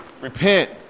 repent